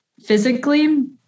physically